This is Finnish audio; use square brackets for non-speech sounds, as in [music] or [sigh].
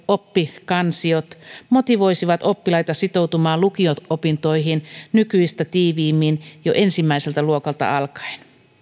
[unintelligible] oppikansiot motivoisivat oppilaita sitoutumaan lukio opintoihin nykyistä tiiviimmin jo ensimmäiseltä luokalta alkaen